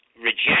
reject